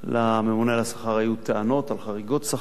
לממונה על השכר היו טענות על חריגות שכר,